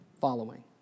following